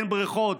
אין בריכות.